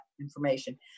information